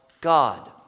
God